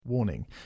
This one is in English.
Warning